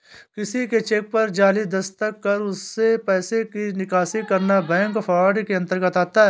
किसी के चेक पर जाली दस्तखत कर उससे पैसे की निकासी करना बैंक फ्रॉड के अंतर्गत आता है